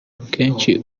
akenshi